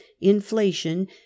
inflation